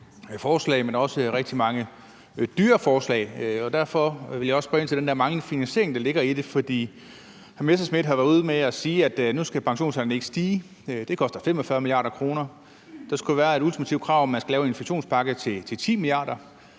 er også rigtig mange dyre forslag, og derfor vil jeg også spørge ind til den der manglende finansiering, der ligger i det. For hr. Morten Messerschmidt har været ude at sige, at nu skal pensionsalderen ikke stige – det koster 45 mia. kr.; der skulle være et ultimativt krav om, at der skal laves en inflationspakke til 10 mia. kr.;